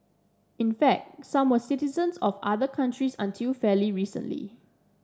in fact some were citizens of other countries until fairly recently